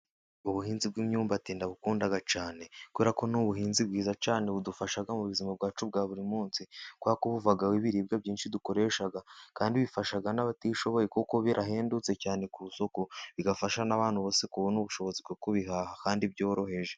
Ubuhinzi bw'imyumbati ndabukunda cyane, kubera ko ni ubuhinzi bwiza cyane, budufasha mu buzima bwacu bwa buri munsi, kubera ko buvaho ibiribwa byinshi dukoresha, kandi bifasha n'abatishoboye, kuko birahendutse cyane ku isoko, bigafasha n'abantu bose, kubona ubushobozi bwo kubihaha kandi byoroheje.